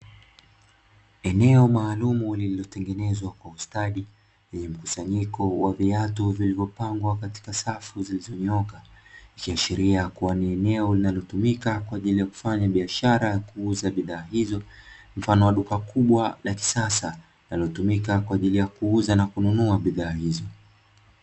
Eneo maalumu, lililotengenezwa kwa ustadi lenye mkusanyiko wa viatu vilivyopangwa katika safu zilizonyooka, ikiashiria kua ni eneo linalotumika kwaajili ya kufanya biashara ya kuuza bidhaa hizo mfano wa duka kubwa la kisasa linalotumika kwaajili ya kuuza na kununua bidhaa hizo.